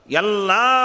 Yalla